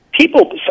people